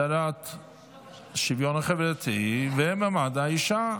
השרה לשוויון חברתי וקידום מעמד האישה.